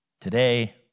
today